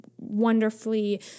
wonderfully